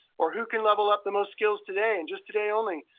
or who can level up the most skills today, and just today only?